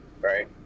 right